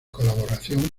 colaboración